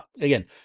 again